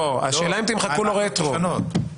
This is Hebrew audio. השאלה אם תמחקו לו רטרואקטיבית?